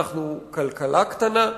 אנחנו כלכלה קטנה,